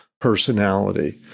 personality